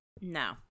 No